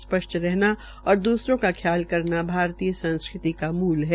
स्पष्ट रहना और दूसरो का ख्याल करना भारतीय सांस्कृति का मूल है